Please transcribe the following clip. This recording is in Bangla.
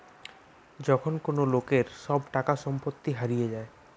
যখন কোন লোকের সব টাকা সম্পত্তি হারিয়ে যায়